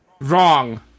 Wrong